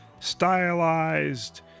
stylized